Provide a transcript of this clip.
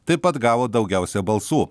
taip pat gavo daugiausia balsų